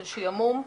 של שעמום.